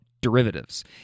derivatives